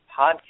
Podcast